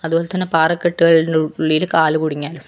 അതുപോലെതന്നെ പാറക്കെട്ടുകളുടെ ഉള്ളില് കാല് കുടുങ്ങിയാലും